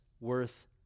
worth